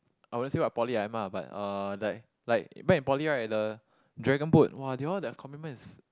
I won't say I poly I am lah but uh like like met in poly right the dragon boat !wow! they all the commitment is